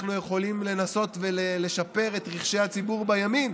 אנחנו יכולים לנסות ולשפר את רגשות הציבור בימין,